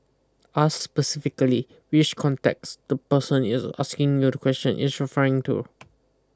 ask specifically which context the person is asking you the question is referring to